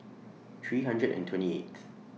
three hundred and twenty eighth